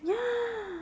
ya